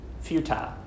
futile